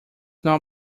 not